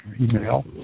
email